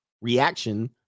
reaction